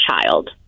child